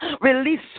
Release